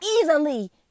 easily